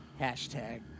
Hashtag